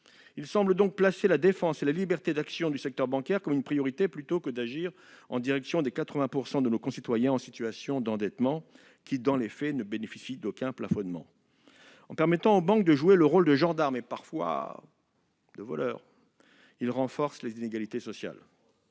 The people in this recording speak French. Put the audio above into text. Il semble donc placer la défense et la liberté d'action du secteur bancaire comme une priorité, plutôt que d'agir en direction des 80 % de nos concitoyens en situation d'endettement qui, dans les faits, ne bénéficient d'aucun plafonnement. En permettant aux banques de jouer le rôle du gendarme et, parfois, du voleur, il renforce les inégalités sociales.